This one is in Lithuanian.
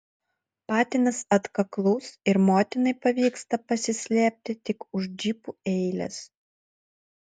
patinas atkaklus ir motinai pavyksta pasislėpti tik už džipų eilės